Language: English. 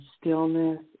stillness